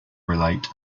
relate